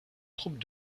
troupes